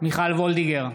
מיכל וולדיגר,